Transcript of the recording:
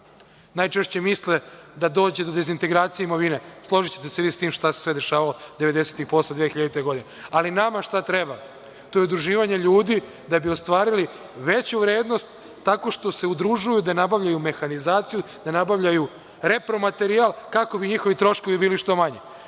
najčešće misle da dođe do dezintegracije imovine. Složićete se vi sa tim šta se sve dešavalo devedesetih i posle 2000. godine. Ali, nama šta treba, to je udruživanje ljudi da bi ostvarili veću vrednost tako što se udružuju da nabavljaju mehanizaciju, da nabavljaju repromaterijal kako bi njihovi troškovi bili što manji.